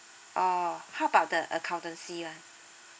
oh how about the accountancy lah